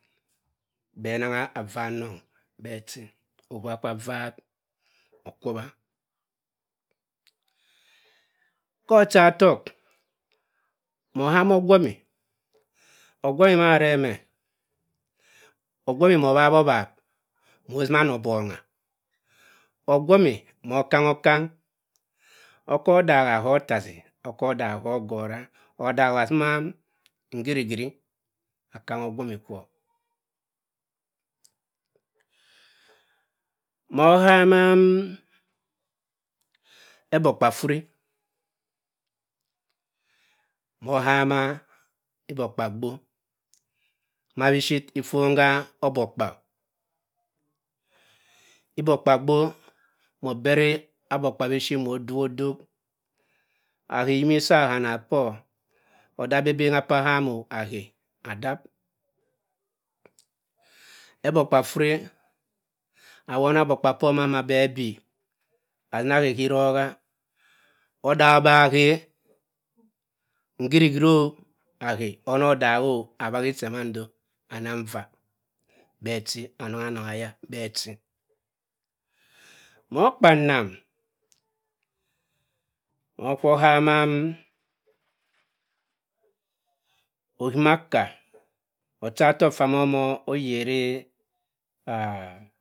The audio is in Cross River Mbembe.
Mor oham adibi si pa arab bhe bhe me bi zororo bhe abanga bi petep okwoni zon ga ahe kwu uwa abi nna ama azima iza rokha pokinnoha asima ataba edibi nduma moh ohama okwoni zon kwa abhe ayeri ogbam bomm ge omor ozott ozott, aduhe ahe edibi ogbe kwo usa edibbi cho ene ebi azini ogbam bohm kwo ahe mor orama offukpa, moh ohama mphiami moh ohama ezazuri dibbi